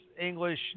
English